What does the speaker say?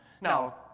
Now